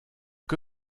que